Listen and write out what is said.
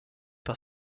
par